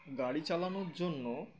গাড়ি চালানোর জন্য